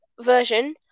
version